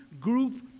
group